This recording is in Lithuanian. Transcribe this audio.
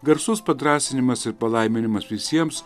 garsus padrąsinimas ir palaiminimas visiems